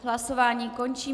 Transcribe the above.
Hlasování končím.